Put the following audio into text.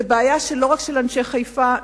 זו בעיה לא רק של אנשי חיפה,